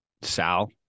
Sal